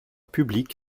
publique